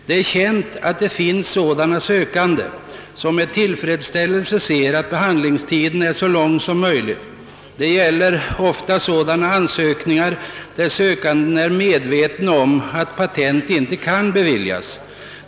Det är känt att det finns sökande som med tillfredsställelse ser att behandlingstiden är så lång som möjligt; det gäller ofta fall där vederbörande är medveten om att patent inte kan beviljas.